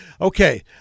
Okay